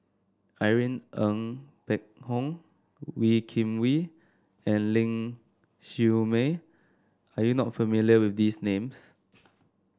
Irene Ng Phek Hoong Wee Kim Wee and Ling Siew May are you not familiar with these names